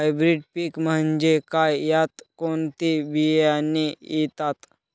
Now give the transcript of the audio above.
Hybrid पीक म्हणजे काय? यात कोणते बियाणे येतात?